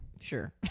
Sure